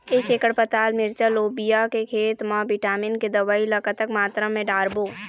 एक एकड़ पताल मिरचा लोबिया के खेत मा विटामिन के दवई ला कतक मात्रा म डारबो?